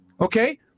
Okay